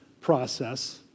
process